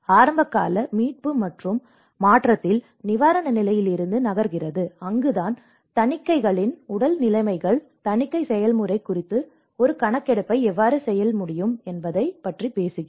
ஆரம்பகால மீட்பு மற்றும் மாற்றத்தில் நிவாரண நிலையிலிருந்து நகர்கிறது அங்குதான் தணிக்கைகளின் உடல் நிலைமைகள் தணிக்கை செயல்முறை குறித்து ஒரு கணக்கெடுப்பை எவ்வாறு செய்ய முடியும் என்பதைப் பற்றி பேசுகிறோம்